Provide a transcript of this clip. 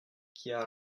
kia